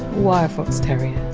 wire fox terrier.